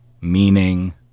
meaning